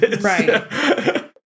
Right